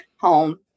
home